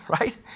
right